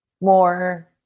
more